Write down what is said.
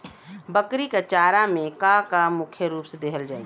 बकरी क चारा में का का मुख्य रूप से देहल जाई?